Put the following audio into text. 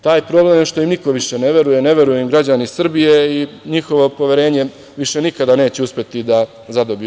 Taj problem je što im niko više ne veruje, ne veruju im građani Srbije i njihovo poverenje više nikada neće uspeti da zadobiju.